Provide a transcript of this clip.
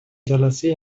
جلسه